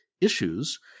issues